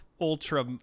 ultra